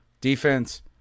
defense